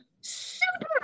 super